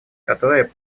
которые